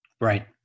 Right